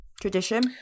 Tradition